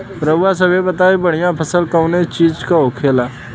रउआ सभे बताई बढ़ियां फसल कवने चीज़क होखेला?